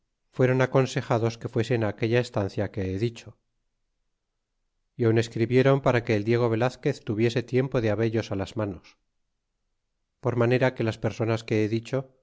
fueron aconsejados que fuesen aquella estancia que he dicho y aun escribieron para que el diego velazquez tuviese tiempo de habellos a las manos por manera que las personas que he dicho